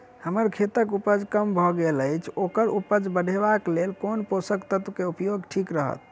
हम्मर खेतक उपज कम भऽ गेल अछि ओकर उपज बढ़ेबाक लेल केँ पोसक तत्व केँ उपयोग ठीक रहत?